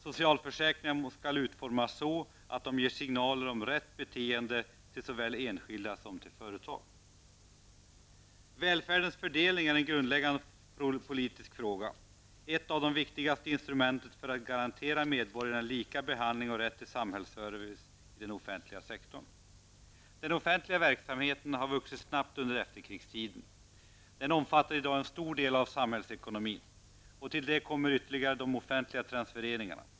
Socialförsäkringarna skall utformas så, att de ger signaler om rätt beteende till såväl enskilda som till företag. Välfärdens fördelning är en grundläggande politisk fråga. Det är ett av de viktigaste instrumenten för att grantera medborgarna lika behandling och rätt till samhällsservice i den offentliga sektorn. Den offentliga verksamheten har vuxit snabbt under efterkrigstiden. Den omfattar i dag en stor del av samhällsekonomin. Till detta kommer de offentliga transfereringarna.